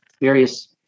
various